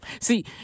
See